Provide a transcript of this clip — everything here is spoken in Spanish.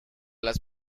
las